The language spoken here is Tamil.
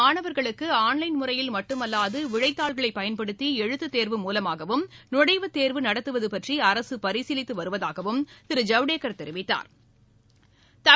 மாணவர்கள் வரும் ஆண்டில் முறையில் மட்டுமல்லாது ஆன்லைன் விடைத்தாள்களைபயன்படுத்திஎழுத்துத் தேர்வு மூலமாகவும் நுழைவுத் தேர்வு நடத்துவதுபற்றிஅரசுபரிசீலித்துவருவதாகவும் திரு ஜவடேக்கா் தெரிவித்தாா்